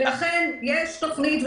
יש תוכנית,